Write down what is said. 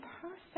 Perfect